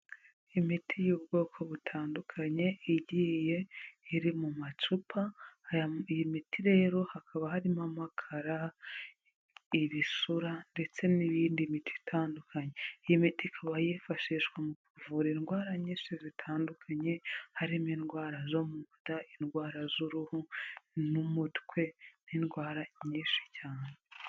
Imiti y'ubwoko butandukanye igiye iri mu macupa, iyi miti rero hakaba harimo amakara, ibisura ndetse n'iyindi miti itandukanye. Iyi miti ikaba yifashishwa mu kuvura indwara nyinshi zitandukanye, harimo indwara zo mu nda, indwara z'uruhu n'umutwe n'indwara nyinshi cyane.